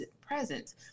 presence